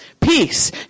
Peace